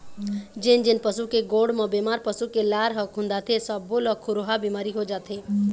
जेन जेन पशु के गोड़ म बेमार पसू के लार ह खुंदाथे सब्बो ल खुरहा बिमारी हो जाथे